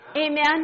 Amen